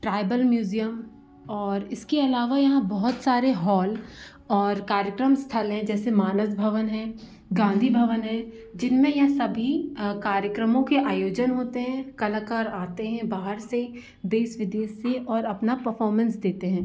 tribal museum और इसके अलावा यहाँ बहुत सारे हॉल और कार्यक्रम स्थल हैं जैसे मानस भवन है गांधी भवन है जिनमें यह सभी कार्यक्रमों के आयोजन होते हैं कलाकार आते हैं बाहर से देश विदेश से और अपना पफोमेंस देते हैं